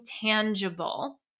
tangible